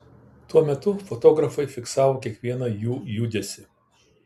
tuo metu fotografai fiksavo kiekvieną jų judesį